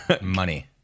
Money